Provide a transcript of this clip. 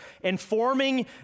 informing